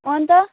अनि त